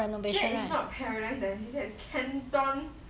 that is not paradise dynasty that is canton